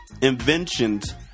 inventions